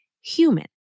human